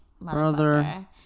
Brother